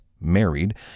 married